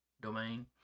domain